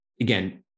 again